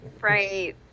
Right